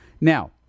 Now